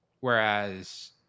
Whereas